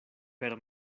per